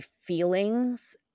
feelings